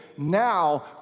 Now